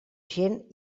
gent